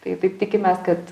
tai taip tikimės kad